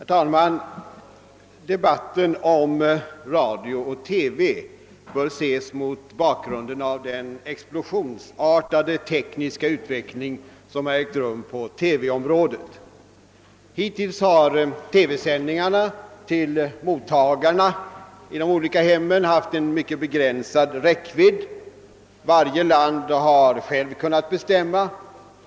Herr talman! Debatten om radio och TV bör ses mot bakgrunden av den explosionsartade tekniska utveckling som ägt rum på TV-området. Hittills har TV-sändningarna till mottagarna i de olika hemmen haft en mycket begränsad räckvidd. Varje land har självt kunnat besluta.